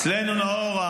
אצלנו נאור,